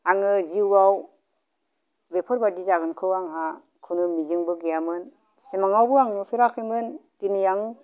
आङो जिउआव बेफोरबायदि जागोनखौ आंहा खुनु मिजिंबो गैयामोन सिमाङावबो आं नुफेराखैमोन दिनै आं